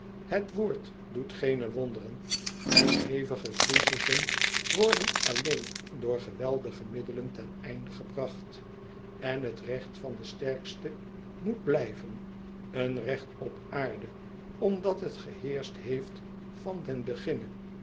het woord doet geene wonderen en hevige crizissen worden alleen door geweldige middelen ten einde gebracht en het recht van den sterkste moèt blijven een recht op aarde omdat het geheerscht heeft van den beginne